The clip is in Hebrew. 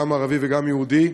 גם ערבי וגם יהודי,